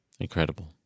Incredible